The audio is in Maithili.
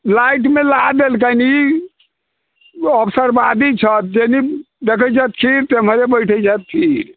लाइटमे ला देलकनि ई अवसरवादी छथि जेन्ही देखै छथि खीर ओम्हरे बैठे छथि थिर